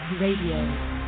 radio